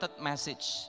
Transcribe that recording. message